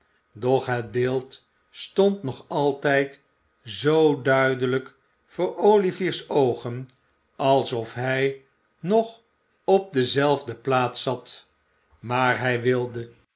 doch het beeld stond nog altijd zoo duidelijk voor olivier's oogen alsof hij nog op dezelfde plaats zat maar hij wilde